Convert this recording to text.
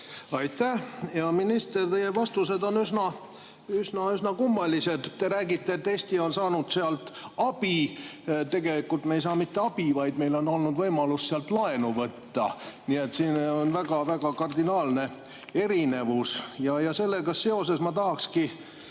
Aitäh! Hea minister, teie vastused on üsna-üsna-üsna kummalised. Te räägite, et Eesti on saanud sealt abi. Tegelikult me ei saa mitte abi, vaid meil on olnud võimalus sealt laenu võtta. Nii et siin on väga-väga kardinaalne erinevus. Sellega seoses ma tahaksingi